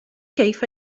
كيف